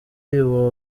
uyu